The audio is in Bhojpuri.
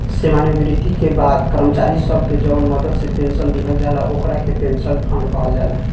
सेवानिवृत्ति के बाद कर्मचारी सब के जवन मदद से पेंशन दिहल जाला ओकरा के पेंशन फंड कहल जाला